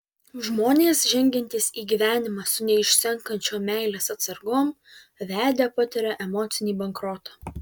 žmonės žengiantys į gyvenimą su neišsenkančiom meilės atsargom vedę patiria emocinį bankrotą